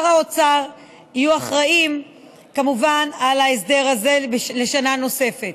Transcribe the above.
ושר האוצר יהיו אחראים כמובן להסדר הזה לשנה נוספת.